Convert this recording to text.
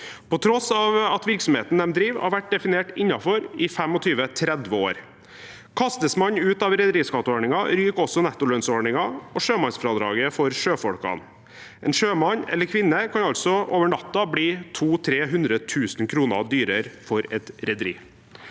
på tross av at virksomheten de driver, har vært definert innenfor i 25–30 år. Kastes man ut av rederiskatteordningen, ryker også nettolønnsordningen og sjømannsfradraget for sjøfolkene. En sjømann eller -kvinne kan altså over natta bli 200 000–300 000 kr dyrere for et rederi.